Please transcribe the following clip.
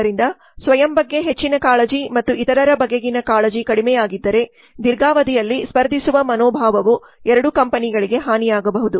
ಆದ್ದರಿಂದ ಸ್ವಯಂ ಬಗ್ಗೆ ಹೆಚ್ಚಿನ ಕಾಳಜಿ ಮತ್ತು ಇತರರ ಬಗೆಗಿನ ಕಾಳಜಿ ಕಡಿಮೆಯಾಗಿದ್ದರೆ ದೀರ್ಘಾವಧಿಯಲ್ಲಿ ಸ್ಪರ್ಧಿಸುವ ಮನೋಭಾವವು ಎರಡೂ ಕಂಪನಿಗಳಿಗೆ ಹಾನಿಯಾಗಬಹುದು